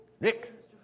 Nick